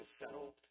settle